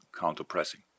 counter-pressing